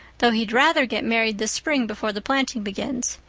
though he'd rather get married this spring before the planting begins.